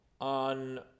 on